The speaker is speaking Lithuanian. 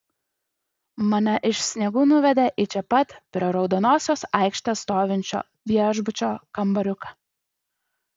mane iš sniegų nuvedė į čia pat prie raudonosios aikštės stovinčio viešbučio kambariuką